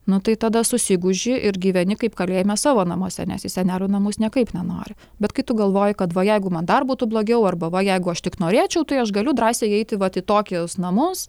nu tai tada susigūži ir gyveni kaip kalėjime savo namuose nes į senelių namus niekaip nenori bet kai tu galvoji kad va jeigu man dar būtų blogiau arba va jeigu aš tik norėčiau tai aš galiu drąsiai eiti vat į tokius namus